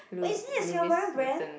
lou~ Louis Vuitton